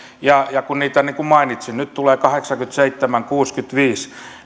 ja ja kun niitä harjoituksia niin kuin mainitsin nyt tulee kahdeksankymmentäseitsemän niitä oli kuusikymmentäviisi